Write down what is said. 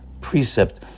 precept